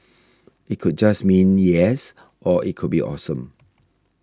it could just mean yes or it could be awesome